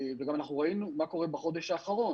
וראינו גם מה קורה בחודש האחרון